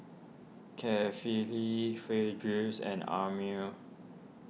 Kefli fail drills and Amrin